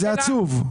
זה עצוב.